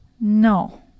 no